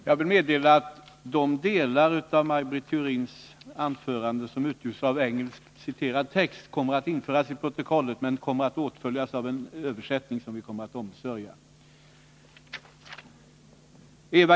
Jag vill meddela att de delar av Maj Britt Theorins anförande som utgörs av engelsk citerad text kommer att införas i protokollet men kommer att åtföljas av en översättning, som vi skall ombesörja.